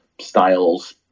styles